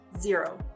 zero